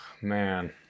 man